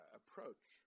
approach